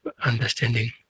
understanding